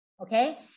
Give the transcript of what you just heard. okay